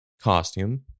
costume